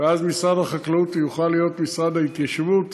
ואז משרד החקלאות יוכל להיות משרד ההתיישבות